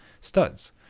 studs